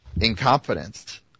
incompetence